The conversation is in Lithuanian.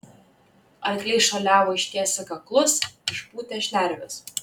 arkliai šuoliavo ištiesę kaklus išpūtę šnerves